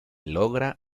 logra